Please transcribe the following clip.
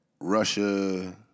Russia